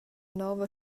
nova